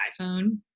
iPhone